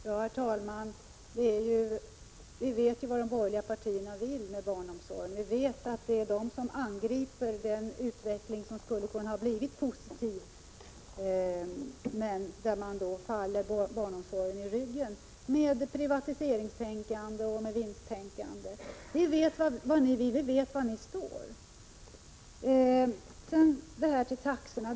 Herr talman! Vi vet vad de borgerliga partierna vill med barnomsorgen. Vi vet att det är de som angriper den utveckling som skulle ha kunnat bli positiv. De borgerliga faller barnomsorgen i ryggen med privatiseringstänkande och vinsttänkande. Vi vet vad ni vill och var ni står. Sedan några ord om taxorna.